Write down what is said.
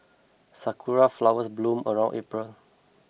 sakura flowers bloom around April